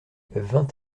vingt